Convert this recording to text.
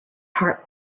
heart